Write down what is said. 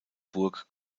burg